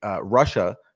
Russia